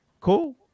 Cool